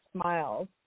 smiles